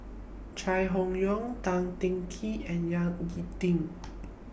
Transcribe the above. Chai Hon Yoong Tan Teng Kee and Ying E Ding